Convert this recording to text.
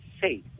safe